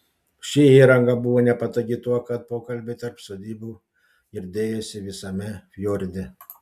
ši įranga buvo nepatogi tuo kad pokalbiai tarp sodybų girdėjosi visame fjorde